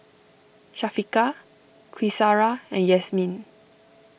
Syafiqah Qaisara and Yasmin